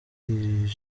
manda